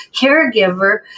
caregiver